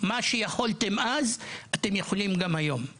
מה שיכולתם אז אתם יכולים גם היום.